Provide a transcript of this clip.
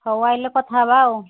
ହଉ ଆାସିଲେ କଥା ହେବା ଆଉ